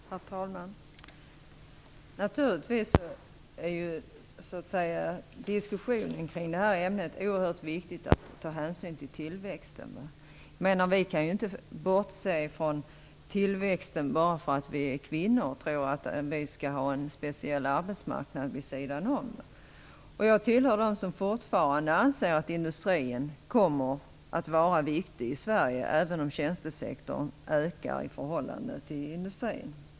Herr talman! Naturligtvis är det i diskussionen i det här ämnet oerhört viktigt att ta hänsyn till tillväxten. Vi kan ju inte bortse från tillväxten bara för att vi är kvinnor och tro att vi skall ha en speciell arbetsmarknad vid sidan om. Jag tillhör dem som anser att industrin kommer att fortsätta att vara viktig i Sverige, även om tjänstesektorn ökar i förhållande till industrin.